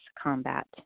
combat